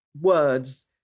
words